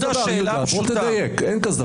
כל פקיד עולה כסף.